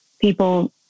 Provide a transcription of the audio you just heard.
people